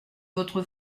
votre